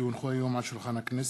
כי הונחו היום על שולחן הכנסת,